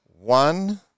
one